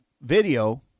video